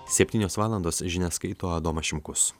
septynios valandos žinias skaito adomas šimkus